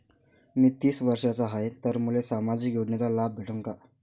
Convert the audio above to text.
मी तीस वर्षाचा हाय तर मले सामाजिक योजनेचा लाभ भेटन का?